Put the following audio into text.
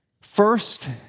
First